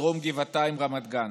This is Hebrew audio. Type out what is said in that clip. דרום גבעתיים-רמת גן.